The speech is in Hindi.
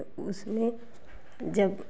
तो उसमें जग